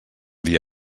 dia